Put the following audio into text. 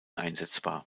einsetzbar